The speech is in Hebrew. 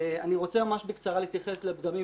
אני רוצה ממש בקצרה להתייחס לפגמים